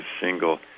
single